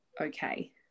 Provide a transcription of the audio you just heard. okay